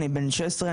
אני בן 16,